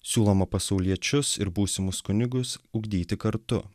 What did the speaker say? siūloma pasauliečius ir būsimus kunigus ugdyti kartu